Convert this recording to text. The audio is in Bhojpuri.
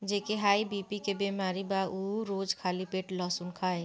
जेके हाई बी.पी के बेमारी बा उ रोज खाली पेटे लहसुन खाए